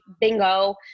bingo